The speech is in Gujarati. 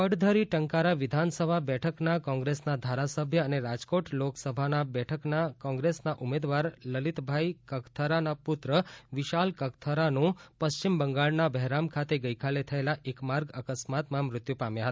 પડધરી ટંકારા વિધાનસભા બેઠકના કોંગ્રેસના ધારાસભ્ય અને રાજકોટ લોકસભાના બેઠકના કોંગ્રેસના ઉમેદવાર લલિતભાઈ કગથરાના પુત્ર વિશાલ કગથરાનું પશ્ચિમ બંગાળના બહેરામપુર ખાતે ગઈકાલે થયેલા એક માર્ગ અકસ્માતમાં મૃત્યુ પામ્યા હતા